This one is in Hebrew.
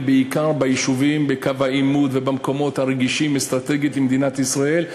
ובעיקר ביישובים בקו העימות ובמקומות הרגישים אסטרטגית למדינת ישראל.